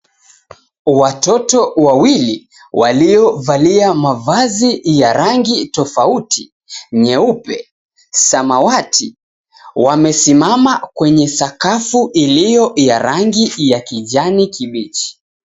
Watoto wawili waliovalia mavazi ya rangi tofauti, nyeupe, samawati wamesimama kwenye sakafu iliyo ya rangi ya kijani kibichi.